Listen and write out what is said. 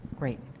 great.